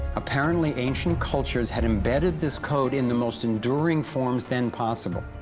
apparently ancient cultures have embedded this code in the most enduring forms then possible,